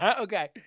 Okay